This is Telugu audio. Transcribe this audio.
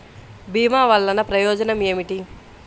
భీమ వల్లన ప్రయోజనం ఏమిటి?